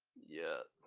yeah.